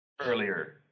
earlier